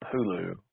Hulu